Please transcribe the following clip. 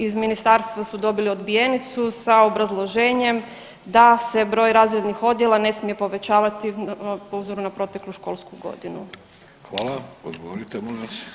Iz ministarstva su dobili odbijenicu sa obrazloženjem da se broj razrednih odjela ne smije povećavati po uzoru na proteklu školsku godinu.